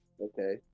Okay